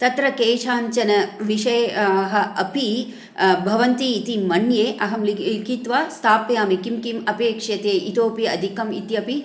तत्र केशाञ्चन विषये हा अपि भवन्ति इति मन्ये अहं लिकि लिखित्वा स्थापयामि किं किम् अपेक्षते इतोऽपि अधिकम् इत्यपि